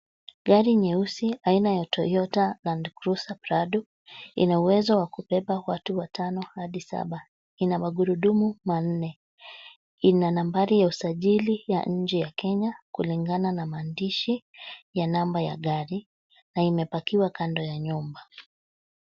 Gari nyeusi aina ya Toyota Landcruiser Prado ina uwezo wa kubeba watu watano hadi saba. Ina magurudumu manne. Ina nambari ya usajili ya nje ya Kenya kulingana na maandishi ya namba ya gari na imepakiwa kando ya nyumba.